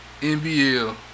NBL